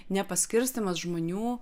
nepaskirstymas žmonių